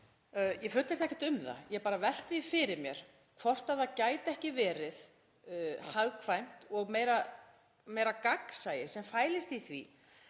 Ég fullyrti ekkert um það. Ég bara velti því fyrir mér hvort það gæti ekki verið hagkvæmt og meira gagnsæi sem fælist í því